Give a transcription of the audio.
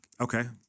Okay